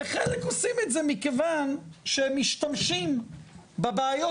וחלק עושים את זה מכיוון שהן משתמשים בבעיות